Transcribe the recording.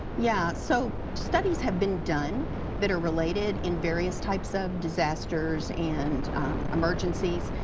yeah so, studies have been done that are related in various types of disasters and emergencies.